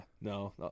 No